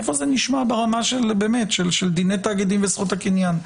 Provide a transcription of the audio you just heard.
איפה זה נשמע ברמה של דיני תאגידים וזכות הקניין?